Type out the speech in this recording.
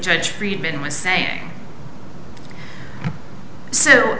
judge friedman was saying so